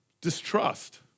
Distrust